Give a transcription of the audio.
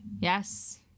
Yes